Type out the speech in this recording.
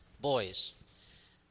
boys